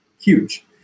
huge